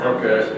Okay